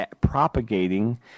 propagating